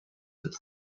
had